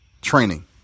Training